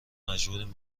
مجبوریم